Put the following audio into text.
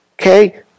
okay